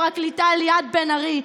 הפרקליטה ליאת בן-ארי,